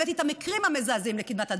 הבאתי את המקרים המזעזעים לקדמת הבמה.